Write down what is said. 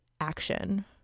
Action